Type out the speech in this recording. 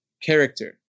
character